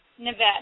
Nevada